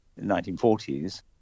1940s